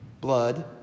Blood